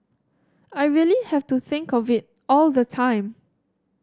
I really have to think of it all the time